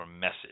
message